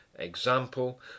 example